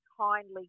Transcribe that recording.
kindly